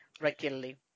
regularly